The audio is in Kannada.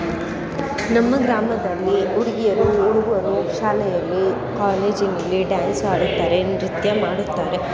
ನಮ್ಮ ಗ್ರಾಮದಲ್ಲಿ ಹುಡ್ಗಿಯರು ಹುಡ್ಗರು ಶಾಲೆಯಲ್ಲಿ ಕಾಲೇಜಿನಲ್ಲಿ ಡ್ಯಾನ್ಸ್ ಆಡುತ್ತಾರೆ ನೃತ್ಯ ಮಾಡುತ್ತಾರೆ